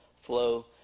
flow